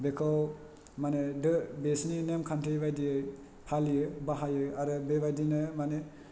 बेखौ मानि दो बेसिनि नेमखान्थि बायदियै फालियो बाहायो आरो बे बायदिनो माने